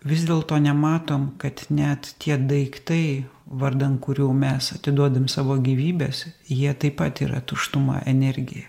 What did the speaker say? vis dėlto nematom kad net tie daiktai vardan kurių mes atiduodam savo gyvybes jie taip pat yra tuštuma energija